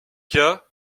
cas